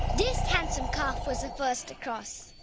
this handsome calf was the first to cross.